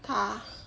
ah